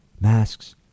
masks